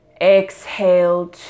exhale